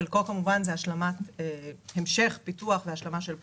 חלק ממנו הוא המשך פיתוח והשלמה של פרויקטים,